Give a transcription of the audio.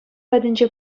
патӗнче